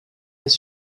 his